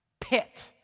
pit